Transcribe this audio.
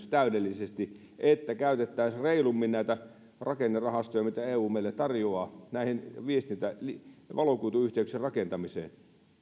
täydellisen yhteisymmärryksen että käytettäisiin reilummin näitä rakennerahastoja mitä eu meille tarjoaa näiden valokuituyhteyksien rakentamiseen